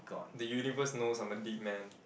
the universe knows I'm a deep man